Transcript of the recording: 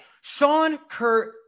Sean-Kurt